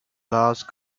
last